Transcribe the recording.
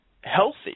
healthy